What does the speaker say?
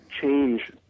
change